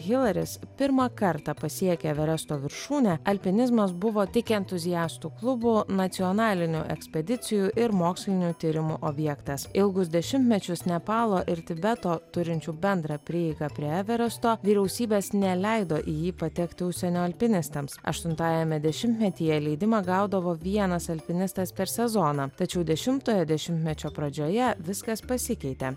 hilaris pirmą kartą pasiekė everesto viršūnę alpinizmas buvo tik entuziastų klubų nacionalinių ekspedicijų ir mokslinių tyrimų objektas ilgus dešimtmečius nepalo ir tibeto turinčių bendrą prieigą prie everesto vyriausybės neleido į jį patekti užsienio alpinistams aštuntajame dešimtmetyje leidimą gaudavo vienas alpinistas per sezoną tačiau dešimtojo dešimtmečio pradžioje viskas pasikeitė